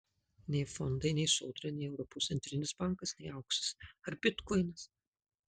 nei fondai nei sodra nei europos centrinis bankas nei auksas ar bitkoinas